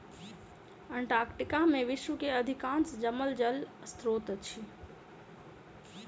Antarctica में विश्व के अधिकांश जमल जल स्त्रोत अछि